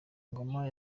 ngoma